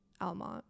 Almont